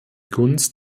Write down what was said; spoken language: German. gunst